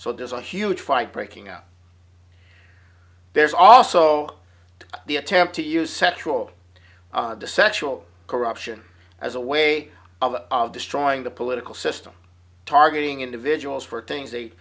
so there's a huge fight breaking out there's also the attempt to use set rules to sexual corruption as a way of destroying the political system targeting individuals for things they